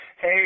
Hey